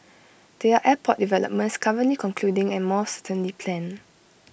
there are airport developments currently concluding and more certainly planned